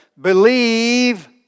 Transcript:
believe